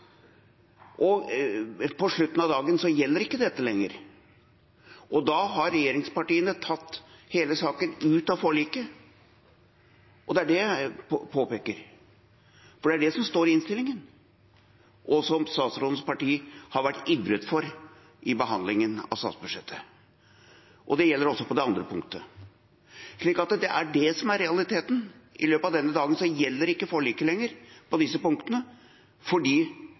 oppheves. På slutten av dagen gjelder ikke dette vedtaket lenger. Da har regjeringspartiene tatt hele saken ut av forliket, og det er det jeg påpeker. For det er det som står i innstillingen, og som statsrådens parti har ivret for i behandlingen av statsbudsjettet. Det gjelder også på det andre punktet. Så det er det som er realiteten. I løpet av denne dagen gjelder ikke forliket lenger på disse punktene, fordi